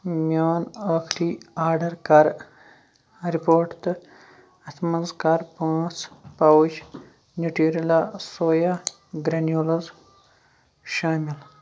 میون ٲخری آرڈر کَر رِپوٹ تہٕ اتھ منٛز کَر پانٛژھ پاوچ نیوٗٹریلا سویا گرٛینوٗلز شٲمِل